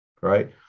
Right